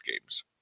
games